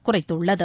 குறைத்துள்ளது